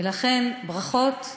לכן, ברכות,